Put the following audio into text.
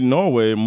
Norway